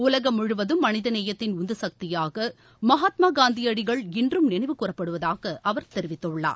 உலகம் முழுவதும் மனித நேயத்தின் உந்துகக்தியாக மகாத்மா காந்தியடிகள் இன்றும் நினைவுக்கூரப்படுவதாக அவர் தெரிவித்துள்ளார்